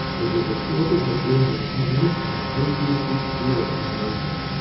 it was reported that during the communist and atheistic era in russia,